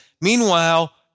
Meanwhile